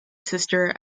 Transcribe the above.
sister